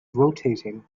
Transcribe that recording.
rotating